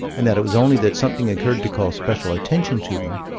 and that it was only that something occurred to call special attention to them,